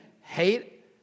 hate